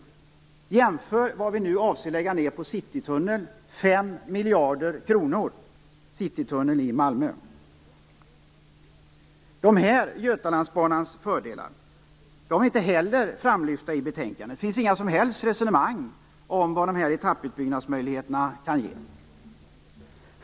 Man kan jämföra med vad vi nu avser att lägga ned på Dessa fördelar med Götalandsbanan är inte heller framlyfta i betänkandet. Det finns inga som helst resonemang om vad dessa etapputbyggnadsmöjligheter kan ge.